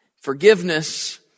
Forgiveness